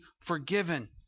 forgiven